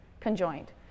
conjoined